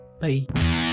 Bye